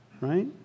right